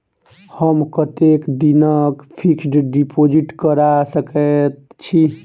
हम कतेक दिनक फिक्स्ड डिपोजिट करा सकैत छी?